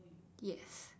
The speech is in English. yes